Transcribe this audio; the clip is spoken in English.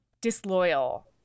disloyal